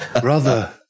brother